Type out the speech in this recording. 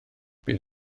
bydd